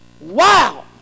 Wow